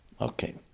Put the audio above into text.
Okay